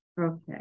Okay